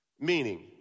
Meaning